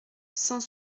cent